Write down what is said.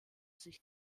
sich